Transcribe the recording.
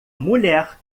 mulher